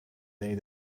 day